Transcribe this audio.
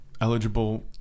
eligible